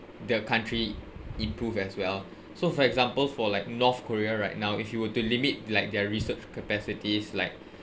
their country improve as well so for example for like north korea right now if you were to limit like their research capacities like